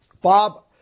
Bob